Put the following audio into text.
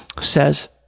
says